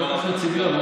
לא קשור צביון.